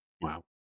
Wow